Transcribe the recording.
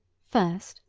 first,